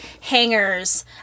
hangers